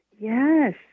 Yes